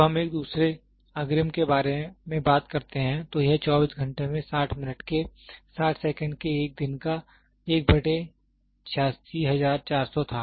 जब हम एक दूसरे अग्रिम के बारे में बात करते हैं तो यह 24 घंटे 60 मिनट के 60 सेकंड के एक दिन का था